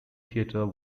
theatre